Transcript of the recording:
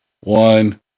One